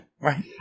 Right